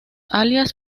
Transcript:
alias